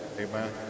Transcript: Amen